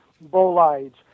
bolides